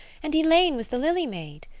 and elaine was the lily maid.